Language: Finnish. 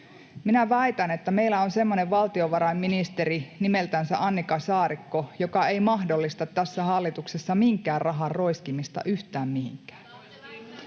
Minä väitän, että meillä on semmoinen valtiovarainministeri, nimeltänsä Annika Saarikko, joka ei mahdollista tässä hallituksessa minkään rahan roiskimista yhtään mihinkään.